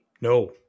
No